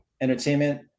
Entertainment